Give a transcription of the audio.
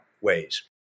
ways